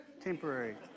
temporary